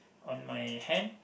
on my hand